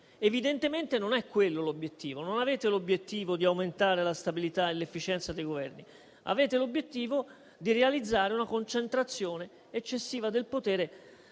Evidentemente, non è quello l'obiettivo. Non avete l'obiettivo di aumentare la stabilità e l'efficienza dei Governi; avete l'obiettivo di realizzare una concentrazione eccessiva del potere.